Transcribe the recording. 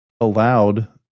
allowed